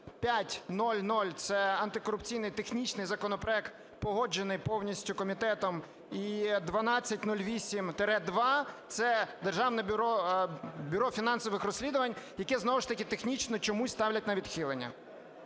2500 – це антикорупційний технічний законопроект, погоджений повністю комітетом, і 1208-2 – це державне Бюро фінансових розслідувань, яке знову ж таки технічно чомусь ставлять на відхилення.